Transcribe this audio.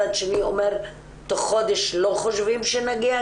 צד שני אומר לי שתוך חודש לא חושבים שנגיע.